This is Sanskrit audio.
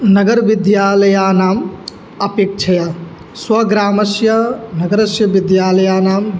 नगरविद्यालयानाम् अपेक्षया स्वग्रामस्य नगरस्य विद्यालयानाम्